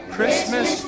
Christmas